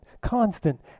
constant